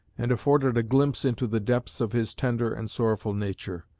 and afforded a glimpse into the depths of his tender and sorrowful nature.